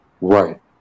Right